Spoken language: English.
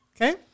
okay